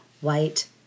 white